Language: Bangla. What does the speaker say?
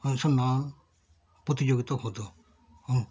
এসব নানান প্রতিযোগিতা হতো হুম